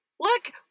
look